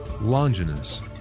Longinus